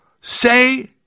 Say